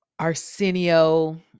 Arsenio